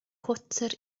chwarter